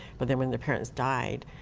but then when the parents died,